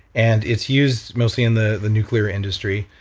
and it's used mostly in the the nuclear industry.